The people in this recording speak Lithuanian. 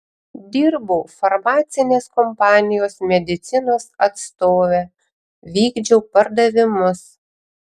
dirbau farmacinės kompanijos medicinos atstove vykdžiau pardavimus